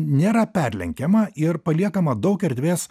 nėra perlenkiama ir paliekama daug erdvės